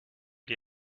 die